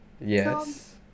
Yes